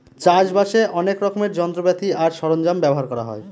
চাষ বাসে অনেক রকমের যন্ত্রপাতি আর সরঞ্জাম ব্যবহার করা হয়